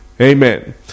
Amen